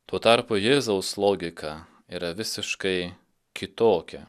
tuo tarpu jėzaus logika yra visiškai kitokia